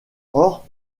hors